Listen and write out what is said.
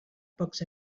pocs